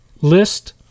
list